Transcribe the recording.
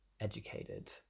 educated